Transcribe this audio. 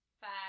five